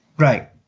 Right